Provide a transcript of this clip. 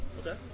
Okay